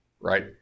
right